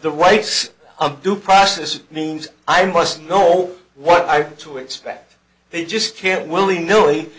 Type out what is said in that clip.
the rights of due process means i must know what i to expect they just can't willy nilly